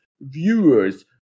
viewers